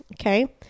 Okay